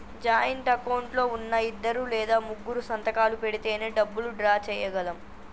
joint account లో ఉన్నా ఇద్దరు లేదా ముగ్గురూ సంతకాలు పెడితేనే డబ్బులు డ్రా చేయగలం